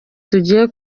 tugiye